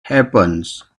happens